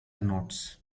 notes